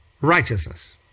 righteousness